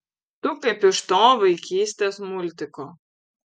tu kaip iš to vaikystės multiko